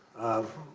of